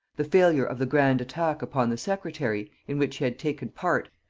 the failure of the grand attack upon the secretary, in which he had taken part,